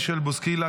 מישל בוסקילה,